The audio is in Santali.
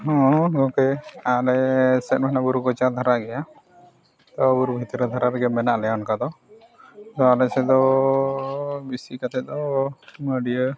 ᱦᱚᱸ ᱜᱚᱢᱠᱮ ᱟᱞᱮ ᱥᱮᱫ ᱦᱚᱱᱟᱜ ᱵᱩᱨᱩ ᱠᱚᱪᱟ ᱫᱷᱟᱨᱟ ᱜᱮᱭᱟ ᱛᱚ ᱵᱩᱨᱩ ᱵᱷᱤᱛᱨᱤ ᱫᱷᱟᱨᱮ ᱨᱮᱜᱮ ᱢᱮᱱᱟᱜ ᱞᱮᱭᱟ ᱚᱱᱠᱟ ᱫᱚ ᱟᱞᱮ ᱥᱮᱫ ᱫᱚ ᱵᱮᱥᱤ ᱠᱟᱛᱮᱫ ᱫᱚ ᱢᱟᱹᱰᱤᱭᱟᱹ